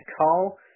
call